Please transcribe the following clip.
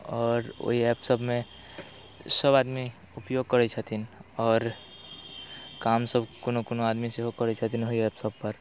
आओर ओहि ऐप सबमे सब आदमी उपयोग करै छथिन आओर कामसब कोनो कोनो आदमी सेहो करै छथिन ओहि ऐप सबपर